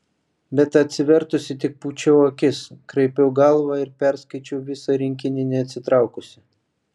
bet atsivertusi tik pūčiau akis kraipiau galvą ir perskaičiau visą rinkinį neatsitraukusi